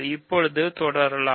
இப்போது தொடரலாம்